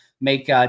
make